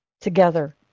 together